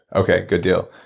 okay, good deal.